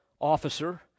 officer